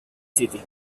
city